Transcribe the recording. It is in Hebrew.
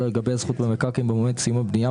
לגבי הזכות במקרקעין במועד סיום הבנייה,